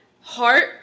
heart